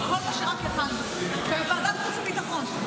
כל מה שרק יכולנו בוועדת חוץ וביטחון,